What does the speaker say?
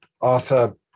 Arthur